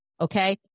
okay